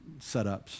setups